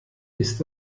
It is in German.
ist